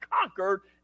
conquered